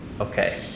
Okay